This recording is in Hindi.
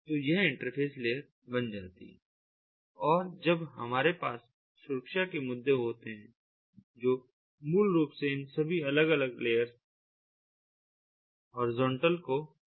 तो यह इंटरफ़ेस लेयर बन जाती है और जब हमारे पास सुरक्षा के मुद्दे होते हैं जो मूल रूप से इन सभी अलग अलग लेयर हॉरिज़ॉन्टल को फैलाते हैं